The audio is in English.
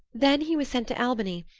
then he was sent to albany,